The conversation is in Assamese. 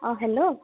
অ হেল্ল'